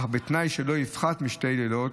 אך בתנאי שלא יפחת משני לילות,